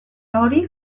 hori